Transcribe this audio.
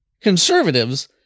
conservatives